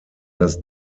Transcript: das